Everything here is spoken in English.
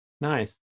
Nice